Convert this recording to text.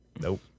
Nope